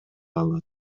алат